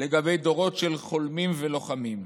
לגבי דורות של חולמים ולוחמים?